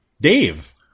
Dave